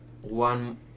one